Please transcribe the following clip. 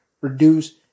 reduce